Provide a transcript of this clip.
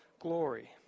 Glory